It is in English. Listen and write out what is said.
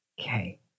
Okay